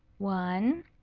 one